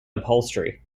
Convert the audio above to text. upholstery